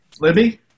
Libby